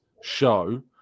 show